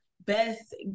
best